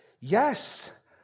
yes